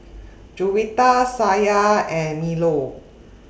Juwita Syah and Melur